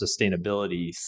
sustainability